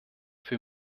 für